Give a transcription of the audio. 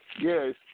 Yes